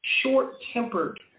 short-tempered